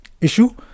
issue